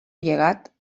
llegat